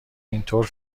اینطور